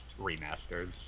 remasters